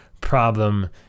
problem